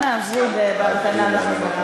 אני מבקשת את הזמן האבוד בהמתנה בחזרה.